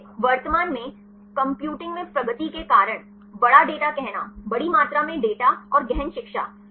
इसलिए वर्तमान में कंप्यूटिंग में प्रगति के कारण बड़ा डेटा कहना बड़ी मात्रा में डेटा और गहन शिक्षा